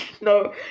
No